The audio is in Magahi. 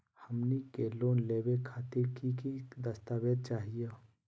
हमनी के लोन लेवे खातीर की की दस्तावेज चाहीयो?